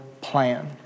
plan